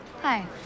Hi